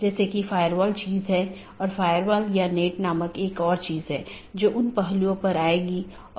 बस एक स्लाइड में ऑटॉनमस सिस्टम को देख लेते हैं